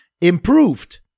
improved